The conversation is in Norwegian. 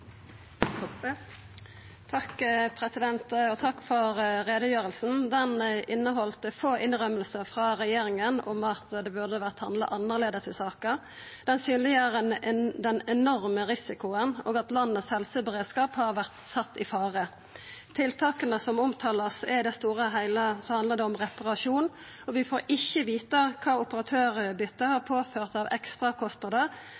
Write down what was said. Takk for utgreiinga. Ho inneheldt få innrømmingar frå regjeringa om at det burde ha vore handla annleis i saka. Ho synleggjer den enorme risikoen, og at landets helseberedskap har vore sett i fare. Tiltaka som vert omtalte, handlar i det store og heile om reparasjon. Vi får ikkje vita kva